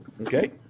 Okay